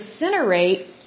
incinerate